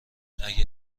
اگه